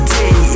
day